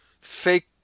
fake